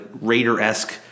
raider-esque